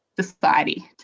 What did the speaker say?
society